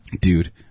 dude